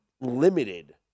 limited